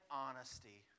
honesty